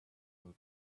will